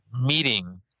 meeting